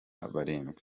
barindwi